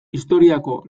historiako